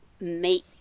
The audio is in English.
make